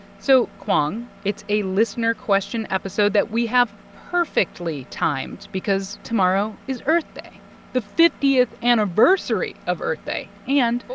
so kwong, it's a listener question episode that we have perfectly timed because tomorrow is earth day the fiftieth anniversary of earth day. and.